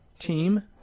team